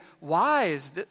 wise